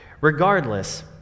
Regardless